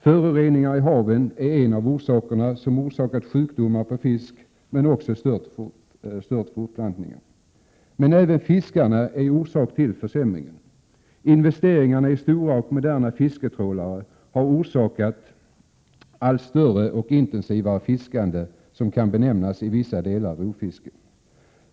Föroreningar i haven har orsakat 19 maj 1988 sjukdomar i fisk men också stört fortplantningen. Men även yrkesfiskarna själva är orsak till försämring. Investeringar i stora och moderna fisketrålare har orsakat allt större och intensivare fiskande, som i vissa fall kan benämnas rovfiske.